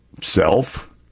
self